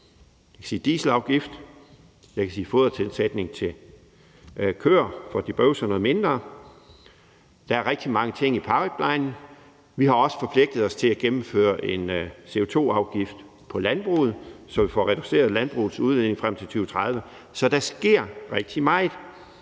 Jeg kan nævne dieselafgift, og jeg kan nævne fodertilsætning til køer, for at de bøvser noget mindre. Der er rigtig mange ting i pipelinen. Vi har også forpligtet os til at gennemføre en CO2-afgift på landbruget, så vi får reduceret landbrugets udledning frem til 2030. Så der sker rigtig meget.